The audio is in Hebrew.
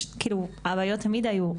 שהבעיות תמיד היו,